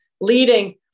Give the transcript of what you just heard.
leading